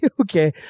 Okay